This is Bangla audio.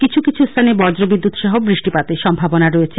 কিছু কিছু স্থানে বজ্র বিদ্যুৎ সহ বৃষ্টিপাতের সম্ভাবনা রয়েছে